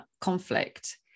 conflict